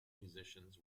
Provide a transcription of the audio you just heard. musicians